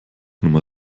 nummer